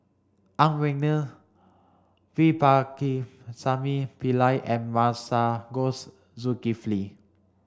Ang Wei Neng V Pakirisamy Pillai and Masagos Zulkifli